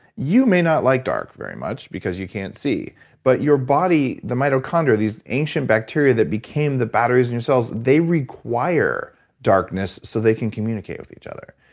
you may not like dark very much because you can't see but your body, the mitochondria, these ancient bacteria that became the batteries in your cells, they require darkness so they can communicate with each other.